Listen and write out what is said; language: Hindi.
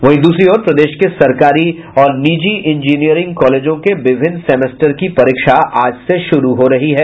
वहीं दूसरी ओर प्रदेश के सरकारी और निजी इंजीनियरिंग कॉलेजों के विभिन्न सेमेस्टर की परीक्षा आज से शुरू हो रही है